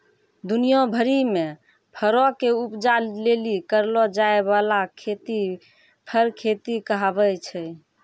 दुनिया भरि मे फरो के उपजा लेली करलो जाय बाला खेती फर खेती कहाबै छै